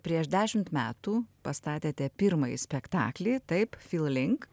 prieš dešimt metų pastatėte pirmąjį spektaklį taip fil link